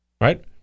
right